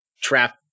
trapped